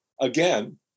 Again